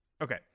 Okay